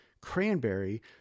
cranberry